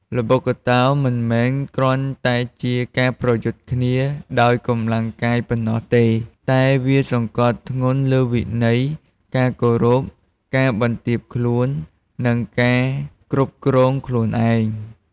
ល្បុក្កតោមិនមែនគ្រាន់តែជាការប្រយុទ្ធគ្នាដោយកម្លាំងកាយប៉ុណ្ណោះទេ តែវាសង្កត់ធ្ងន់លើវិន័យ ការគោរព ការបន្ទាបខ្លួន និងការគ្រប់គ្រងខ្លួនឯង។